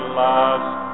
last